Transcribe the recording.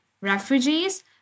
refugees